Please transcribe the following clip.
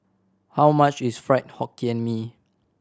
how much is Fried Hokkien Mee